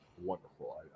wonderful